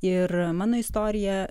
ir mano istorija